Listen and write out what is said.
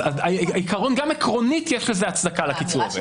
אם כן, גם עקרונית יש הצדקה לקיצור הזה.